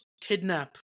kidnap